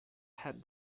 had